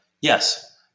Yes